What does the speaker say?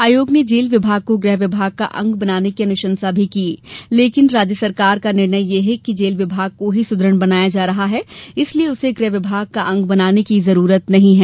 आयोग ने जेल विभाग को गृह विभाग का अंग बनाने की अनुशंसा भी की लेकिन राज्य सरकार का निर्णय है कि जेल विभाग को ही सुद्रढ़ बनाया जा रहा है इसलिए उसे गृह विभाग का अंग बनाने की जरूरत नहीं है